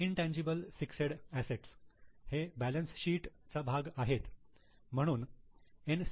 intangible fixed assets हे balance sheet चा भाग आहेत म्हणून एन